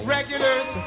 Regulars